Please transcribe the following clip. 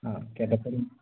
ആ കിതക്കലും